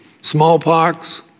smallpox